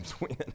win